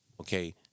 okay